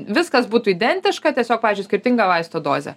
viskas būtų identiška tiesiog pavyzdžiui skirtinga vaisto dozė